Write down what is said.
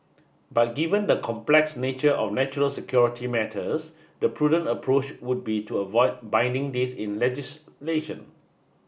but given the complex nature of natural security matters the prudent approach would be to avoid binding this in legislation